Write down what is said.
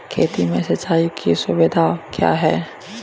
खेती में सिंचाई की सुविधा क्या है?